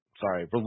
Sorry